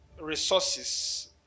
resources